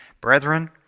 Brethren